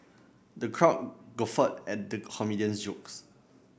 the crowd guffawed at the comedian jokes